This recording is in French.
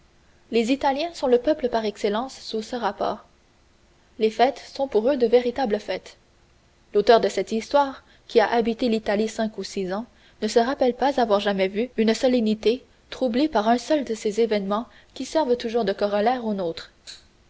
les italiens sont le peuple par excellence sous ce rapport les fêtes sont pour eux de véritables fêtes l'auteur de cette histoire qui a habité l'italie cinq ou six ans ne se rappelle pas avoir jamais vu une solennité troublée par un seul de ces événements qui servent toujours de corollaire aux nôtres